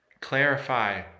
clarify